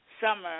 summer